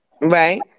Right